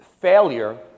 Failure